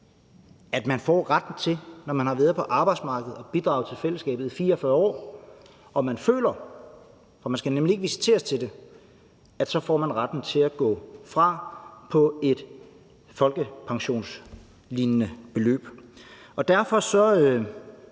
at finansiere, at man, når man har været på arbejdsmarkedet og bidraget til fællesskabet i 44 år, og man vælger det, for man skal nemlig ikke visiteres til det, får retten til at gå fra på et folkepensionslignende beløb. Derfor er